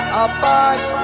apart